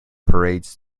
parades